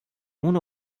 ohne